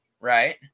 right